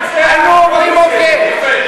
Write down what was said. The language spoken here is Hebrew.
היינו אומרים: אוקיי,